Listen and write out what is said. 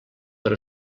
per